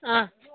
অঁ